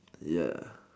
ya